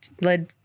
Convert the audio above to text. led